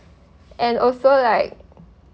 and also like